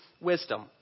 wisdom